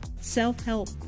self-help